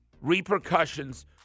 repercussions